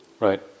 Right